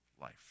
life